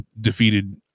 defeated